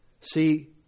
See